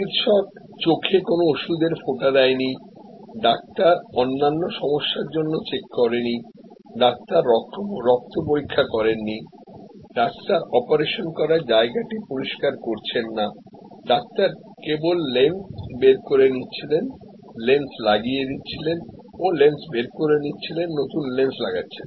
চিকিত্সক চোখে কোন ওষুধের ফোটা দেয় নি ডাক্তার অন্যান্য সমস্যার জন্য চেক করেননি ডাক্তার রক্ত পরীক্ষা করেননি ডাক্তার অপারেশন করার জায়গাটি পরিষ্কার করছেন না ডাক্তার কেবল লেন্স বের করে নিচ্ছিলেন লেন্স লাগিয়ে দিচ্ছিলেন ও লেন্স বের করে নিচ্ছিলেন নতুন লেন্স লাগাচ্ছেন